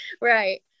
Right